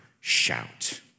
shout